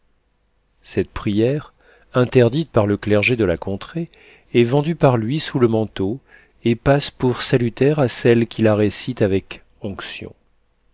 cette prière interdite par le clergé de la contrée est vendue par lui sous le manteau et elle passe pour salutaire à celles qui la récitent avec onction